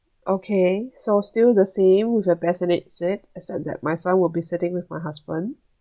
okay so still the same with the bassinet seat except that my son will be sitting with my husband